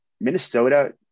minnesota